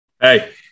hey